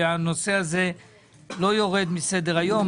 הנושא הזה לא יורד מסדר היום.